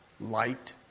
light